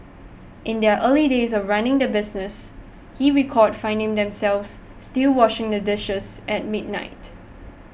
in their early days of running the business he recalled finding themselves still washing the dishes at midnight